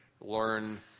learn